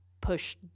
push